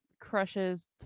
crushes